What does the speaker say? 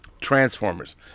Transformers